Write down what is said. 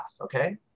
okay